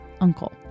uncle